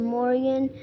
Morgan